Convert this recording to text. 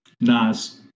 Nas